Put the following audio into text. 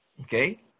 Okay